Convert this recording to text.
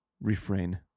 refrain